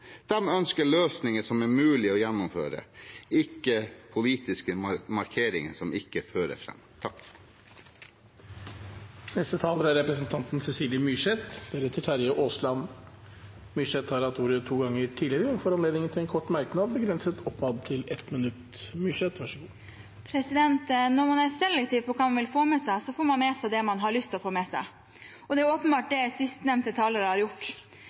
å gjennomføre, ikke politiske markeringer som ikke fører fram. Representanten Cecilie Myrseth har hatt ordet to ganger tidligere og får ordet til en kort merknad, begrenset til 1 minutt. Når man er selektiv på hva man vil få med seg, får man med seg det man har lyst til å få med seg, og det er åpenbart det sistnevnte taler har gjort.